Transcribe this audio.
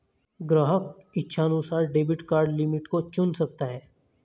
ग्राहक इच्छानुसार debit card limit को चुन सकता है